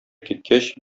киткәч